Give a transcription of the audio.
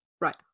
Right